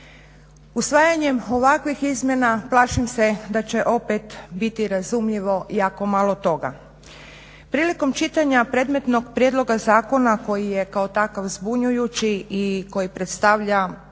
Usvajanjem ovakvih izmjene plašim se da će opet biti razumljivo jako malo toga. Prilikom čitanja predmetnog prijedloga zakona koji je kao takav zbunjujući i koji predstavlja